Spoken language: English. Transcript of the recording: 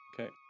Okay